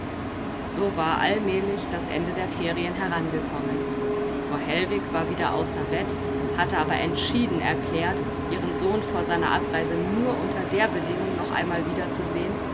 so war allmählich das ende der ferien herangekommen frau hellwig war wieder außer bett hatte aber entschieden erklärt ihren sohn vor seiner abreise nur unter der bedingung noch einmal wiederzusehen